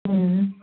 हम्म